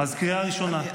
אז קריאה ראשונה.